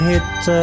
Hit